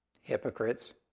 hypocrites